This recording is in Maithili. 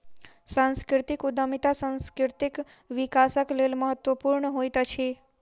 सांस्कृतिक उद्यमिता सांस्कृतिक विकासक लेल महत्वपूर्ण होइत अछि